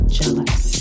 jealous